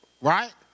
Right